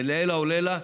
זה לעילא ולעילא.